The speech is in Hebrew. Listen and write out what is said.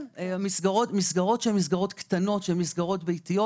מסגרות קטנות וביתיות.